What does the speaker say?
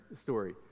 story